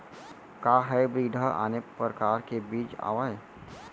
का हाइब्रिड हा आने परकार के बीज आवय?